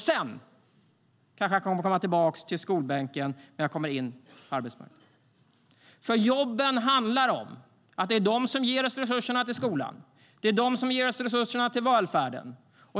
Sedan kanske jag kan komma tillbaka till skolbänken när jag har kommit in på arbetsmarknaden. Det är jobben som ger oss resurserna till skolan. Det är de som ger oss resurserna till välfärden.